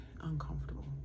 uncomfortable